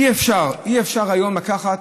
אי-אפשר היום לקחת,